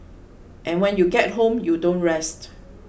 and when you get home you don't rest